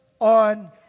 on